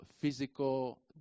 physical